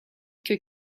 que